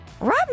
rob